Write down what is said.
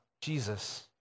Jesus